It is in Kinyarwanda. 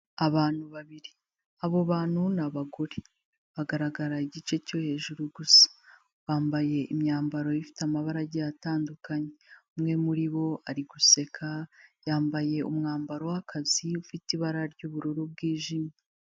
Abantu babiri, abo bantu ni abagore bagaragara igice cyo hejuru gusa, bambaye imyambaro ifite amabara agiye atandukanye, umwe muri bo ari guseka yambaye umwambaro w'akazi ufite ibara ry'ubururu bwijimye.